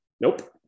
Nope